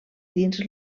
dins